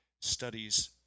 studies